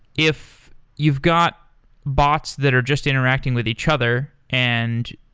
if you've got bots that are just interacting with each other and